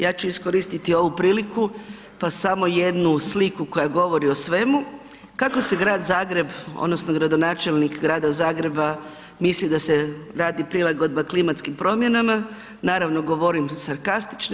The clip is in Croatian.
Ja ću iskoristiti ovu priliku pa samo sliku koja govori o svemu, kako se grad Zagreb odnosno gradonačelnik grada Zagreba misli da se radi prilagodba klimatskim promjenama, naravno govorim sarkastično.